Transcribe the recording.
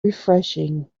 refreshing